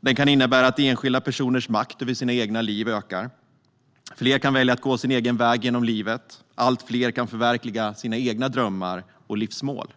Den kan innebära att enskilda personers makt över sitt eget liv ökar. Fler kan välja att gå sin egen väg genom livet. Allt fler kan förverkliga sina egna drömmar och livsmål.